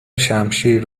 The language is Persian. شمشیر